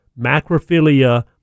macrophilia